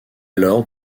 alors